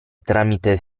tramite